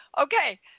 Okay